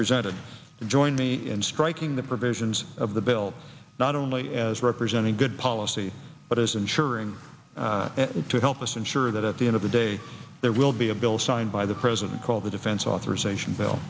presented to join me in striking the provisions of the bill not only as representing good policy but as ensuring to help us ensure that at the end of the day there will be a bill signed by the president called the defense authorization bill